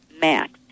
max